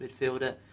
midfielder